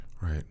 Right